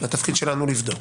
תפקידנו לבדוק.